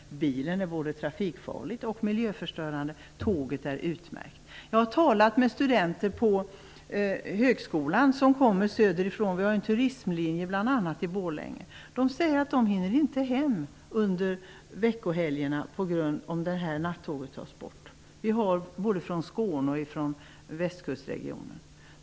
Bilen är både trafikfarlig och miljöförstörande. Tåget är utmärkt. Jag har talat med de studenter på högskolan som kommer söderifrån. Vi har bl.a. en turismlinje i Borlänge. De säger att de inte hinner hem under veckohelgerna om nattåget tas bort. Vi har studenter både från Skåne och från västkustregionen.